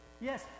Yes